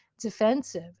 defensive